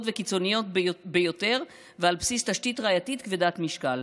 וקיצוניות ביותר ועל בסיס תשתית ראייתית כבדת משקל.